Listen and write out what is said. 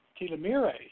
telomerase